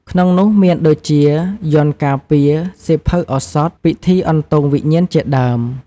ក្នុងនោះមានដូចជា យ័ន្តការពារ សៀវភៅឱសថ ពិធីអន្ទងវិញ្ញាណជាដើម។